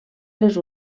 les